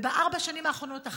ובארבע השנים האחרונות,